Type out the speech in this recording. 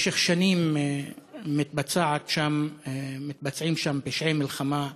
במשך שנים מתבצעים שם פשעי מלחמה,